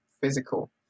physical